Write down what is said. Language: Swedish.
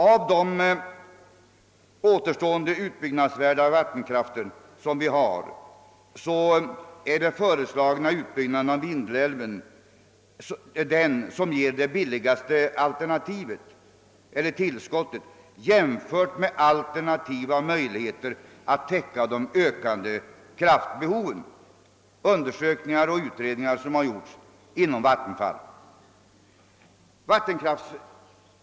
Av den återstående utbyggnadsvärda vattenkraften är den föreslagna utbyggnaden av Vindelälven den som ger det billigaste tillskottet jämfört med alternativa möjligheter att täcka de ökande kraftbehoven enligt undersökningar och utredningar som har gjorts inom vattenfallsverket.